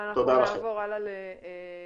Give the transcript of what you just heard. נעבור הלאה